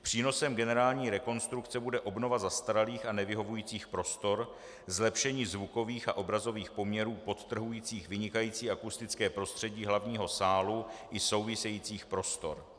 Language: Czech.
Přínosem generální rekonstrukce bude obnova zastaralých a nevyhovujících prostor, zlepšení zvukových a obrazových poměrů podtrhujících vynikající akustické prostředí hlavního sálu i souvisejících prostor.